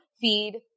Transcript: feed